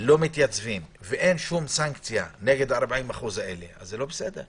לא מתייצבים ואין סנקציות כנגדם, זה לא בסדר.